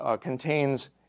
contains